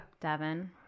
Devin